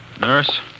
Nurse